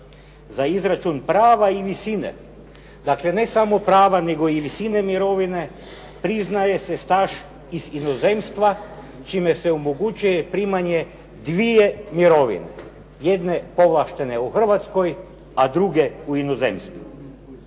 za izračun prava i visine, dakle ne samo prava, nego i visine mirovine priznaje se staž iz inozemstva čime se omogućuje primanje 2 mirovine. Jedne povlaštene u Hrvatskoj, a druge u inozemstvu.